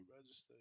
register